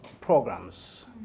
programs